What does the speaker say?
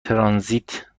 ترانزیت